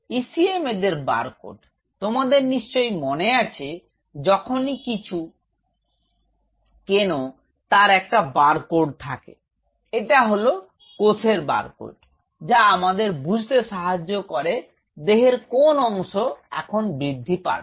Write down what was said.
ECM এদের barcode তোমাদের নিশ্চয় মনে আছে যখনি কিছু কেন তার একটা বারকোড থাকে এটা হল কোষের বারকোড যা আমাদের বুঝতে সাহায্য করে দেহের কোন অংশ এখন বৃদ্ধি পাবে